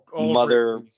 mother